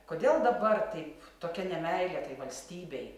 kodėl dabar taip tokia nemeilė tai valstybei